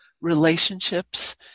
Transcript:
relationships